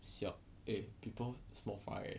sel~ eh people small fry leh